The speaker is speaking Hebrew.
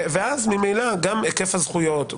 ואז ממילא גם היקף הזכויות,